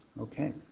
Okay